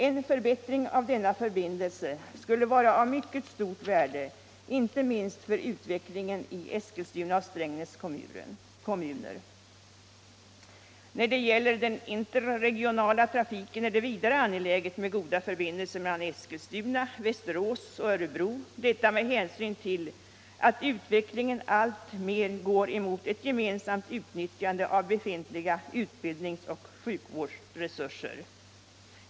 En förbättring av denna förbindelse skulle vara av mycket debatt Allmänpolitisk debatt stort värde, inte minst för utvecklingen i Eskilstuna och Strängnäs kommuner. När det gäller den interregionala trafiken är det vidare angeläget med goda förbindelser mellan Eskilstuna, Västerås och Örebro, detta med hänsyn till att utvecklingen alltmer går i riktning mot ett gemensamt utnyttjande av befintliga utbildnings och sjukvårdsresurser.